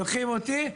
לוקחים אותי,